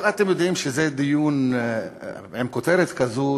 אבל אתם יודעים שדיון עם כותרת כזאת,